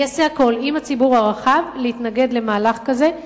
אני אעשה הכול עם הציבור הרחב להתנגד למהלך כזה.